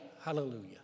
Hallelujah